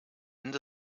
end